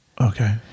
Okay